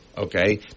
Okay